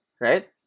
right